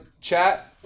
chat